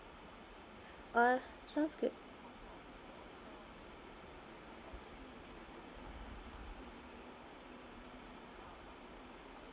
uh sounds good